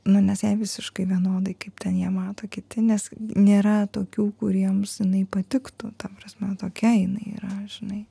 nu nes jai visiškai vienodai kaip ten ją mato kiti nes nėra tokių kuriems jinai patiktų ta prasme tokia jinai yra žinai